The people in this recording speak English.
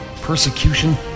persecution